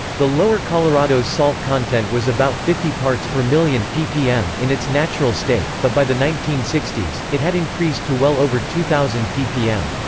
the lower colorado's salt content was about fifty parts per million in its natural state, but by the nineteen sixty s, it had increased to well over two thousand ppm.